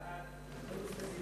חוק רישום שיכונים